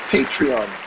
Patreon